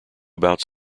about